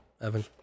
Evan